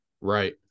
Right